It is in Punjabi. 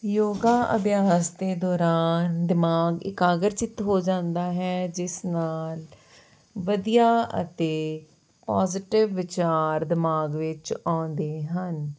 ਯੋਗਾ ਅਭਿਆਸ ਦੇ ਦੌਰਾਨ ਦਿਮਾਗ ਇਕਾਗਰ ਚਿੱਤ ਹੋ ਜਾਂਦਾ ਹੈ ਜਿਸ ਨਾਲ ਵਧੀਆ ਅਤੇ ਪੋਜੀਟਿਵ ਵਿਚਾਰ ਦਿਮਾਗ ਵਿੱਚ ਆਉਂਦੇ ਹਨ